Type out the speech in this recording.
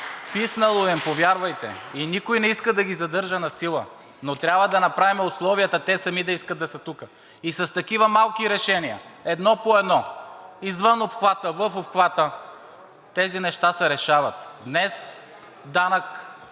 Писнало им е, повярвайте, и никой не иска да ги задържа насила. Но трябва да направим условията те сами да искат да са тук и с такива малки решения едно по едно, извън обхвата, в обхвата тези неща се решават. Днес данък